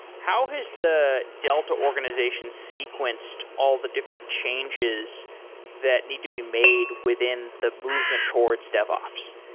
how has the delta organization sequenced all the different changes that need to be made within the movement towards devops?